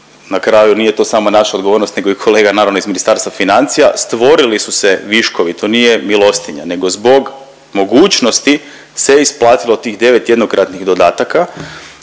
na kraju nije to samo naša odgovornost, nego i kolega, naravno iz Ministarstvo financija, stvorili su se viškovi, to nije milostinja nego zbog mogućnosti se isplatilo tih 9 jednokratnih dodataka